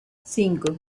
cinco